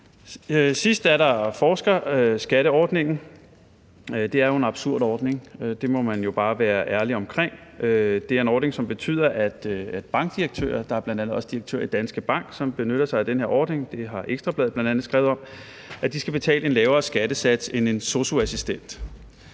Sidst er der forskerskatteordningen. Det er jo en absurd ordning. Det må man bare være ærlig omkring. Det er en ordning, som betyder, at bankdirektører – bl.a. direktører i Danske Bank benytter sig af denne ordning, det har bl.a. Ekstra Bladet skrevet om – skal betale en lavere skattesats end en sosu-assistent.